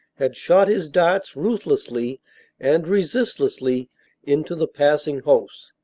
had shot his darts ruthlessly and resistlessly into the passing hosts,